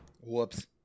whoops